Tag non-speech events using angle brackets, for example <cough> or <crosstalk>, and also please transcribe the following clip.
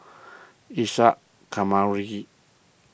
<noise> Isa Kamari